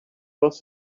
was